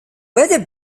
weather